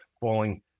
falling